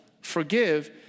forgive